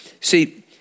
see